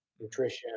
nutrition